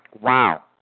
Wow